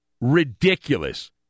Ridiculous